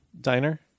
Diner